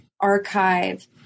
archive